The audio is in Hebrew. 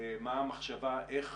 מה המחשבה, איך